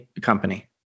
company